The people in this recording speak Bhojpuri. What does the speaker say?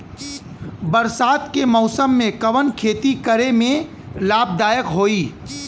बरसात के मौसम में कवन खेती करे में लाभदायक होयी?